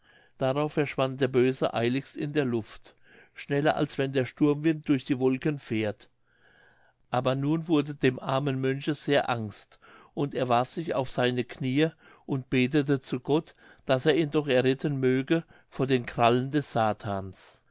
darauf verschwand der böse eiligst in der luft schneller als wenn der sturmwind durch die wolken fährt aber nun wurde dem armen mönche sehr angst und er warf sich auf seine kniee und betete zu gott daß er ihn doch erretten möge vor den krallen des satans